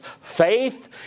faith